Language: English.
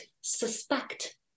suspect